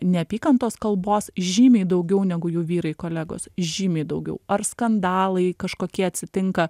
neapykantos kalbos žymiai daugiau negu jų vyrai kolegos žymiai daugiau ar skandalai kažkokie atsitinka